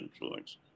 influence